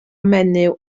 menyw